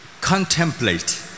contemplate